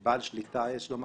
האלו עד כה בהצלחה רבה.